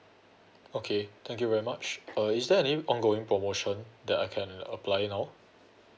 okay thank you very much uh is there any ongoing promotion that I can apply now